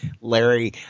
Larry